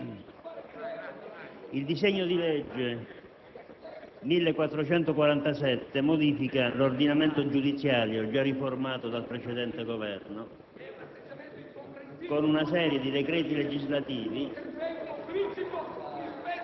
signori del Governo, colleghi, il disegno di legge n. 1447 modifica l'ordinamento giudiziario, già riformato dal precedente Governo